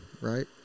right